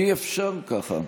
אי-אפשר ככה.